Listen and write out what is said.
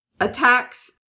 attacks